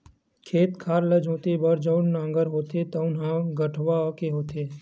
खेत खार ल जोते बर जउन नांगर होथे तउन ह कठवा के होथे